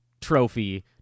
trophy